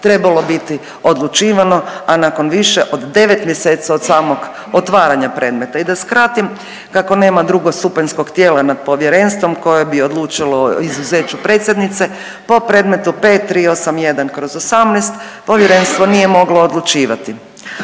trebalo biti odlučivano, a nakon više od 9 mjeseci od samog otvaranja predmeta. I da skratim, kako nema drugostupanjskog tijela nad povjerenstvom koje bi odlučilo o izuzeću predsjednice po predmetu P-381/18 povjerenstvo nije moglo odlučivati.